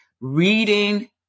reading